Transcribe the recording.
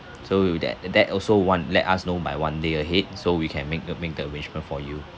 so that uh that also want let us know by one day ahead so we can make the make the arrangement for you